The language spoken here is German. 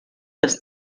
das